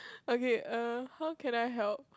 okay err how can I help